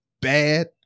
bad